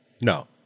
No